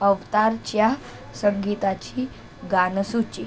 अवतारच्या संगीताची गानसूची